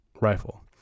rifle